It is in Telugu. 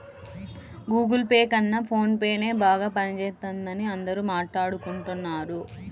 గుగుల్ పే కన్నా ఫోన్ పేనే బాగా పనిజేత్తందని అందరూ మాట్టాడుకుంటన్నారు